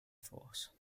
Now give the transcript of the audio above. force